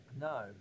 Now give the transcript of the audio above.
No